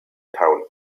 town